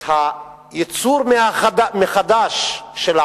הייצור מחדש של העוני,